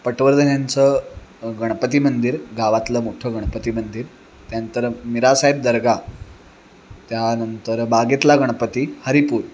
पटवर्धन यांचं गणपती मंदिर गावातलं मोठं गणपती मंदिर त्यानंतर मिरासाहेब दर्गा त्यानंतर बागेतला गणपती हरिपूर